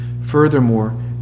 Furthermore